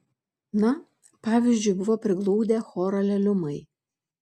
na pavyzdžiui buvo priglaudę chorą leliumai